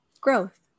growth